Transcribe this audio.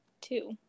two